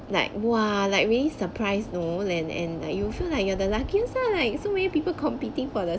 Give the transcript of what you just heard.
like !wah! like really surprise lor and and you feel like you are the lucky lah like so many people competing for that